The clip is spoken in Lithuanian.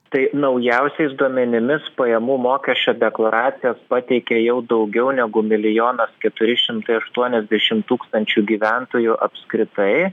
tai naujausiais duomenimis pajamų mokesčio deklaracijas pateikė jau daugiau negu milijonas keturi šimtai aštuoniasdešimt tūkstančių gyventojų apskritai